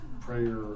prayer